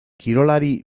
kirolari